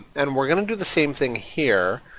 and we're gonna do the same thing here.